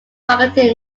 marketing